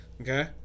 Okay